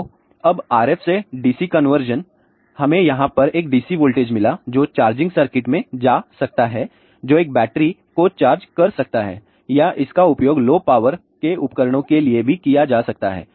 तो यह अब RF से DC कन्वर्जन हमें यहाँ पर एक DC वोल्टेज मिला जो चार्जिंग सर्किट में जा सकता है जो एक बैटरी को चार्ज कर सकता है या इसका उपयोग लो पावर के उपकरणों के लिए भी किया जा सकता है